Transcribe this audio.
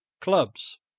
clubs